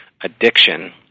addiction